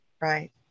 Right